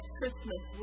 Christmas